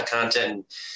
content